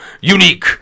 unique